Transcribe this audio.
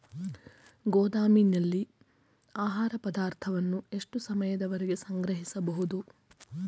ಗೋದಾಮಿನಲ್ಲಿ ಆಹಾರ ಪದಾರ್ಥಗಳನ್ನು ಎಷ್ಟು ಸಮಯದವರೆಗೆ ಸಂಗ್ರಹಿಸಬಹುದು?